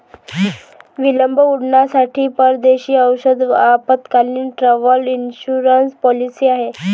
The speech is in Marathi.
विलंब उड्डाणांसाठी परदेशी औषध आपत्कालीन, ट्रॅव्हल इन्शुरन्स पॉलिसी आहे